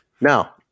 Now